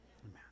Amen